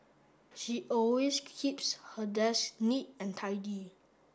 she always keeps her desk neat and tidy